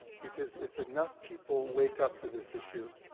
because if enough people wake up to this issue,